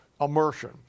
immersion